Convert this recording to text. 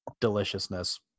deliciousness